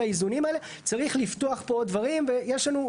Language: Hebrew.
האיזונים האלה צריך לפתוח פה עוד דברים ויש לנו,